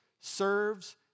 serves